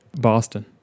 Boston